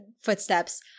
footsteps